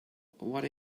what